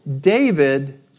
David